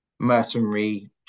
mercenary